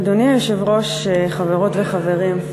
אדוני היושב-ראש, חברות וחברים,